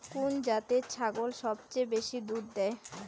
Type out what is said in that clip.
কুন জাতের ছাগল সবচেয়ে বেশি দুধ দেয়?